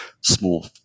small